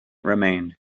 remained